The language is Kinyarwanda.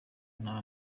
nta